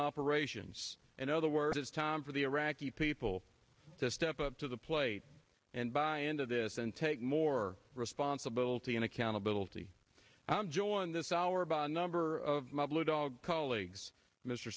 operations in other words it's time for the iraqi people to step up to the plate and buy into this and take more responsibility and accountability i'm joined this hour by a number of blue dog colleagues mr